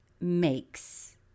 makes